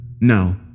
No